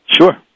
Sure